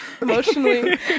emotionally